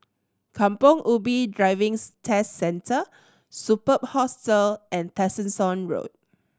Kampong Ubi Driving's Test Centre Superb Hostel and Tessensohn Road